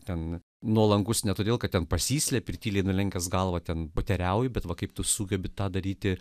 ten nuolankus ne todėl kad ten pasislepi tyliai nulenkęs galvą ten poteriauji bet va kaip tu sugebi tą daryti